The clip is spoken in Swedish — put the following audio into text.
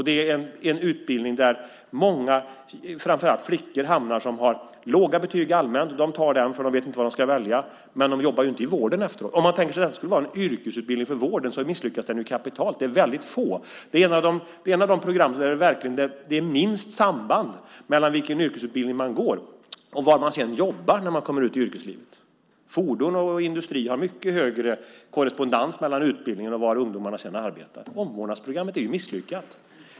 Det är en utbildning där många, framför allt flickor, som har allmänt låga betyg hamnar. De tar den därför att de inte vet vad de ska välja. Men de jobbar inte i vården efteråt. Om man tänker sig att den skulle vara en yrkesutbildning för vården misslyckas den kapitalt. Det är ett av de program där det verkligen är minst samband mellan vilken yrkesutbildning man går och var man sedan jobbar när man kommer ut i yrkeslivet. Fordon och industri har mycket högre korrespondens mellan utbildningen och var ungdomarna sedan arbetar. Omvårdnadsprogrammet är misslyckat.